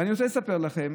ואני רוצה לספר לכם